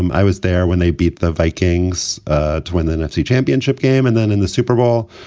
and i was there when they beat the vikings to win the nfc championship game. and then in the super bowl,